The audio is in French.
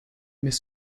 mais